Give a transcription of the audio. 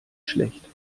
schlecht